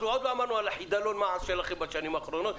אנחנו עוד לא אמרנו על חידלון מעש שלכם בשנים האחרונות.